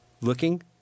looking